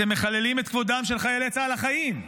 אתם מחללים את כבודם של חיילי צה"ל החיים,